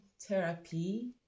therapy